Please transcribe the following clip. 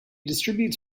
distributes